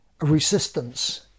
resistance